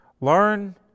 learn